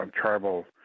Tribal